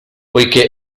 poiché